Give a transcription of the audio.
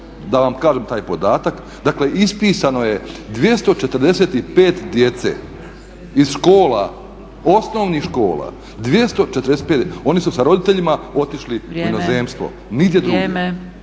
da vam kažem taj podatak, dakle ispisano je 245 djece iz škola osnovnih škola, 245 djece. Oni su sa roditeljima otišli u inozemstvo, nigdje drugdje.